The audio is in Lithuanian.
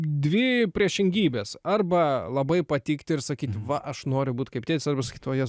dvi priešingybės arba labai patikti ir sakyti va aš noriu būt kaip tėtis arba sakyt o jėzau